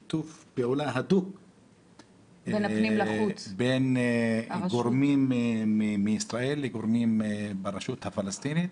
שיש שיתוף פעולה הדוק בין גורמים מישראל לבין גורמים ברשות הפלסטינית,